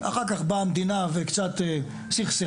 אחר כך באה המדינה וקצת סכסכה,